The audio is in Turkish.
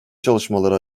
çalışmaları